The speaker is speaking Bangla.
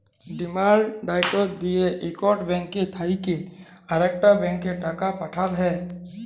ডিমাল্ড ড্রাফট দিঁয়ে ইকট ব্যাংক থ্যাইকে আরেকট ব্যাংকে টাকা পাঠাল হ্যয়